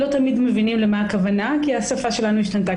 לא תמיד מבינים למה הכוונה כי השפה שלנו השתנתה.